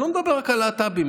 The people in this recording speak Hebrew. אני לא מדבר רק על הלהט"בים,